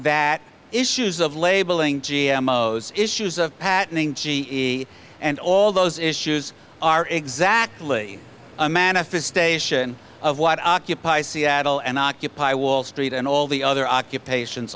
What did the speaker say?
that issues of labeling g m o's issues of patterning g e and all those issues are exactly a manifestation of what occupy seattle and occupy wall street and all the other occupations